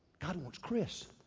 god wants chris.